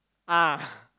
ah